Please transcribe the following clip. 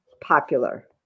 popular